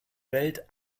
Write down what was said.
welt